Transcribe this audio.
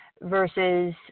versus